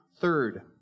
Third